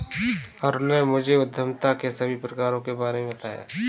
अरुण ने मुझे उद्यमिता के सभी प्रकारों के बारे में बताएं